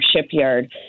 shipyard